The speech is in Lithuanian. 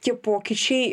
tie pokyčiai